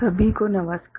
सभी को नमस्कार